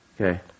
Okay